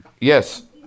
Yes